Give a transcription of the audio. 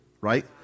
right